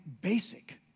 basic